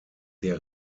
der